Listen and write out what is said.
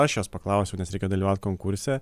aš jos paklausiau nes reikia dalyvaut konkurse